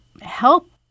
help